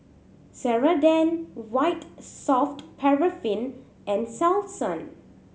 Ceradan White Soft Paraffin and Selsun